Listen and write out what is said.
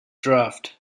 draft